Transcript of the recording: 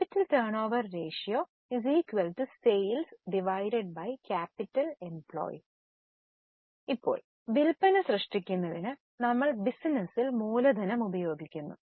capital turnover ratio sales capital employed ഇപ്പോൾ വിൽപ്പന സൃഷ്ടിക്കുന്നതിന് നമ്മൾ ബിസിനസ്സിൽ മൂലധനം ഉപയോഗിക്കുന്നു